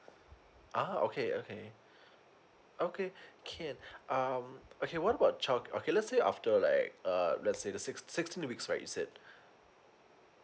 oh okay okay okay can um okay what about child okay let's say after like uh let's say the six sixteen weeks right you said